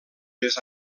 les